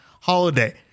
holiday